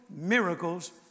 miracles